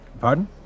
Pardon